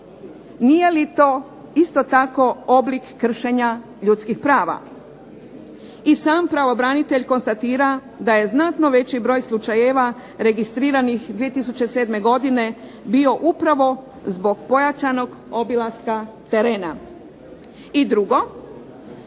nije li to isto tako oblik kršenja ljudskih prava. I sam pravobranitelj konstatira da je znatno veći broj slučajeva registriranih 2007. godine bio upravo zbog pojačanog obilaska terena. Drugo,